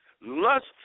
lust